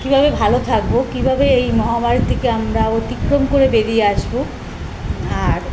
কীভাবে ভালো থাকবো কীভাবে এই মহামারীর থিকে আমরা অতিক্রম করে বেরিয়ে আসবো আর